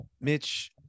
Mitch